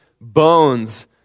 bones